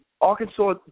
Arkansas